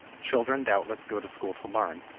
children doubtless go to school to learn,